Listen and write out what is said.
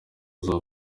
aba